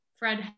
fred